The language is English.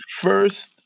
first